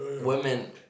women